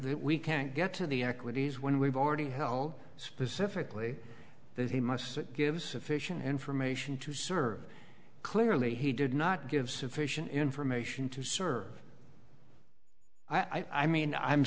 that we can't get to the equities when we've already hell specifically that he must give sufficient information to serve clearly he did not give sufficient information to serve i mean i'm